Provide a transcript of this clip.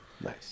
Nice